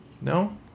No